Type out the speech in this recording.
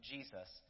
Jesus